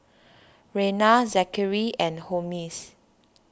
Reyna Zachary and Holmes